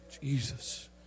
Jesus